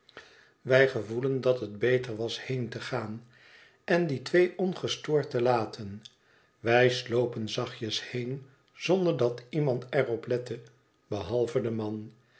wij gevoelden dat het beter was heen te gaan en die twee ongestoord te laten wij slopen zachtjes heen zonder dat iemand er op lette behalve de man